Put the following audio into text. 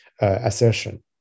assertion